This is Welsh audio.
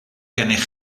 gennych